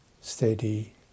steady